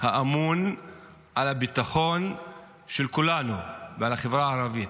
האמון על הביטחון של כולנו ועל החברה הערבית.